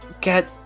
get